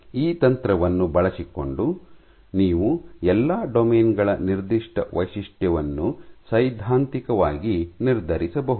ಈ ತಂತ್ರವನ್ನು ಬಳಸಿಕೊಂಡು ನೀವು ಎಲ್ಲಾ ಡೊಮೇನ್ ಗಳ ನಿರ್ದಿಷ್ಟ ವೈಶಿಷ್ಟ್ಯವನ್ನು ಸೈದ್ಧಾಂತಿಕವಾಗಿ ನಿರ್ಧರಿಸಬಹುದು